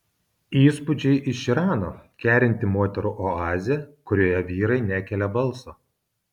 įspūdžiai iš irano kerinti moterų oazė kurioje vyrai nekelia balso